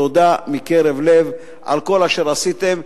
תודה מקרב לב על כל אשר עשיתם.